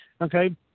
Okay